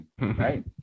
right